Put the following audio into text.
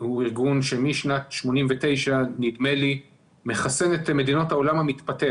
הוא ארגון שמשנת 1989 נדמה לי מחסן את העולם המתפתח.